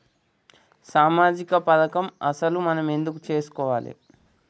సామాజిక పథకం అసలు మనం ఎందుకు చేస్కోవాలే?